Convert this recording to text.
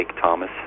Thomas